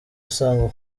usanzwe